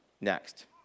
next